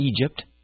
Egypt